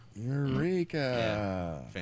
Eureka